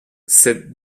cette